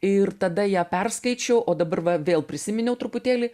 ir tada ją perskaičiau o dabar va vėl prisiminiau truputėlį